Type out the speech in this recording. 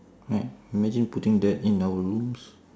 right imagine putting that in our rooms